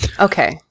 Okay